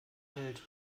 hält